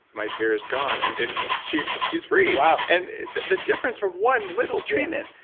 my fear is gone. and and she's she's free wow and the the difference from one little treatment.